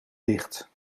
dicht